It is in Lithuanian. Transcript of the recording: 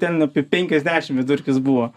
ten apie penkiasdešim vidurkis buvo